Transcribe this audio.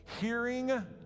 Hearing